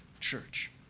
church